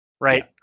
right